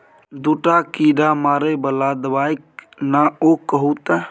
दूटा कीड़ा मारय बला दबाइक नाओ कहू तए